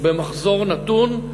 במחזור נתון,